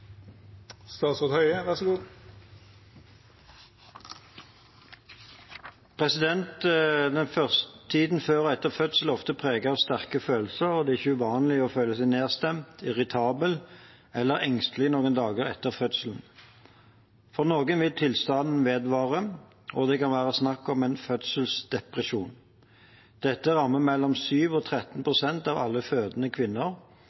ofte preget av sterke følelser, og det er ikke uvanlig å føle seg nedstemt, irritabel eller engstelig noen dager etter fødselen. For noen vil tilstanden vedvare, og det kan være snakk om en fødselsdepresjon. Dette rammer mellom 7 og 13 pst. av alle fødende kvinner,